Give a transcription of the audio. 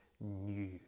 new